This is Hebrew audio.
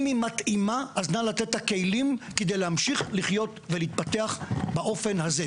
אם היא מתאימה אז נא לתת את הכלים כדי להמשיך לחיות ולהתפתח באופן הזה.